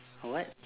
what